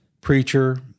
Preacher